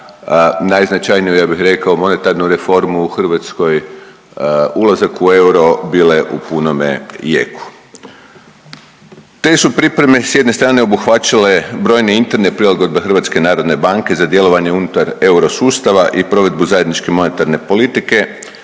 najznačajniju, ja bih rekao, monetarnu reformu u Hrvatskoj, ulazak u euro bile u punome jeku. Te su pripreme s jedne strane obuhvaćale brojne interne prilagodbe HNB-a za djelovanje unutar eurosustava i provedbu zajedničke monetarne politike,